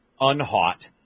unhot